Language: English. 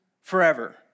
forever